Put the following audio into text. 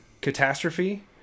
Catastrophe